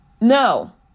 no